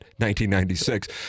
1996